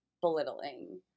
belittling